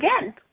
again